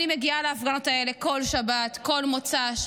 אני מגיעה להפגנות האלה בכל שבת, בכל מוצ"ש,